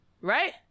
right